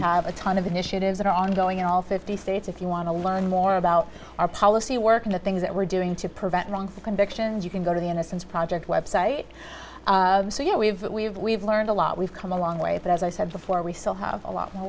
have a ton of initiatives that are ongoing in all fifty states if you want to learn more about our policy work on the things that we're doing to prevent wrongful convictions you can go to the innocence project website so you know we've we've we've learned a lot we've come a long way but as i said before we still have a lot more